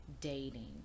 dating